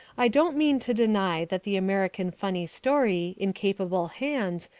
i don't mean to deny that the american funny story, in capable hands,